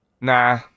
Nah